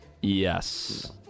Yes